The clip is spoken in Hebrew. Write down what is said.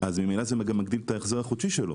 ממילא זה מגדיל את ההחזר החודשי שלו,